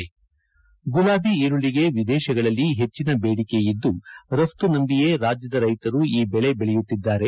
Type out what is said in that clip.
ಕೆಂಪು ಗುಲಾಬಿ ಈರುಳ್ಳಿಗೆ ವಿದೇಶಗಳಲ್ಲಿ ಹೆಚ್ಚಿನ ಬೇಡಿಕೆ ಇದ್ದು ರಪ್ತುನಂಬಿಯೇ ರಾಜ್ಯದ ರೈತರು ಈ ಬೆಳೆ ಬೆಳೆಯುತ್ತಿದ್ದಾರೆ